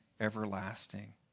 everlasting